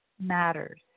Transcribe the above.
matters